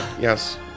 yes